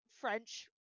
French